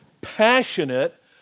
passionate